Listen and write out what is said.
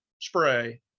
spray